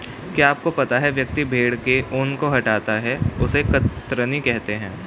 क्या आपको पता है व्यक्ति भेड़ के ऊन को हटाता है उसे कतरनी कहते है?